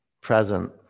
present